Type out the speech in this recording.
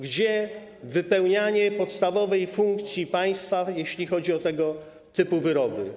Gdzie wypełnianie podstawowej funkcji państwa, jeśli chodzi o tego typu wyroby?